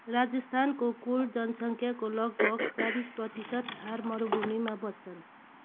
राजस्थानको कुल जनसङख्याको लगभग चालिस प्रतिशत थार मरुभूमिमा बस्छन्